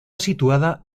situada